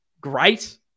great